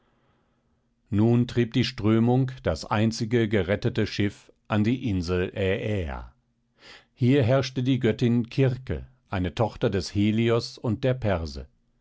nun trieb die strömung das einzige gerettete schiff an die insel ääa hier herrschte die göttin kirke eine tochter des helios und der